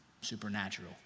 supernatural